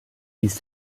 dies